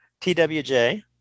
TWJ